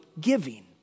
giving